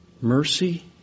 mercy